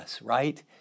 right